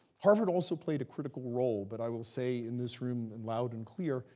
harvard also played a critical role, but i will say in this room and loud and clear,